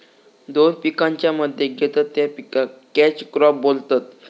दोन पिकांच्या मध्ये घेतत त्या पिकाक कॅच क्रॉप बोलतत